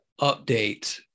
update